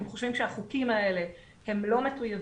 אם חושבים שהחוקים האלה הם לא מטוייבים,